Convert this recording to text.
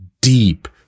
deep